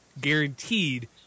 guaranteed